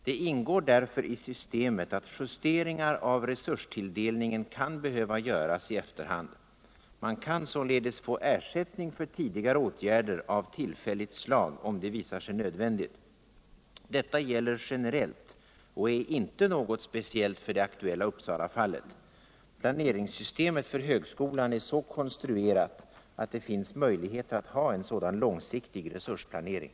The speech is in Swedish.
Det ingår därför i systemet att justeringar av resurstilldelningen kan behöva göras i efterhand. Man kan således få ersättning för tidigare åtgärder av tillfälligt slag om det visar sig nödvändigt. Detta gäller generellt och är inte något speciellt för det aktuella Uppsalafallet. Planeringssystemet för högskolan är så konstruerat att det finns möjligheter att ha en sådan långsiktig resursplanering.